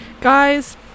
guys